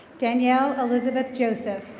danielle elizabeth joseph.